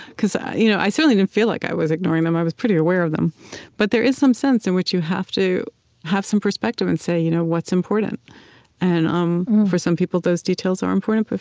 because i you know i certainly didn't feel like i was ignoring them i was pretty aware of them but there is some sense in which you have to have some perspective and say you know what's important and um for some people, those details are important, but